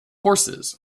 horses